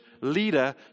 leader